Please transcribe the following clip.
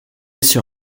sur